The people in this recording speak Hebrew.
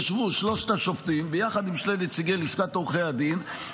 יישבו שלושת השופטים ביחד עם שני נציגי לשכת עורכי הדין,